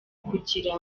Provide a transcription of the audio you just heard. kugira